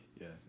Yes